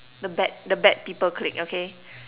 the bad the bad people clique okay